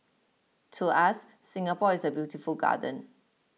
to us Singapore is a beautiful garden